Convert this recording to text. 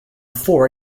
four